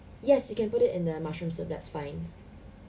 yes you can put it in the mushroom soup that's fine